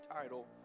title